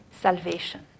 Salvation